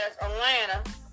Atlanta